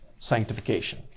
sanctification